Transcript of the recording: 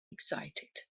excited